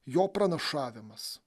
jo pranašavimas